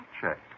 check